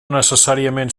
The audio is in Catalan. necessàriament